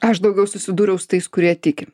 aš daugiau susidūriau su tais kurie tiki